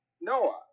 Noah